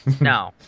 No